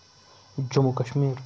Jammu Kashmir